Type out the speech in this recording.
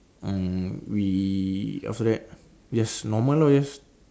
um we after that just normal lor just